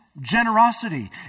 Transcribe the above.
generosity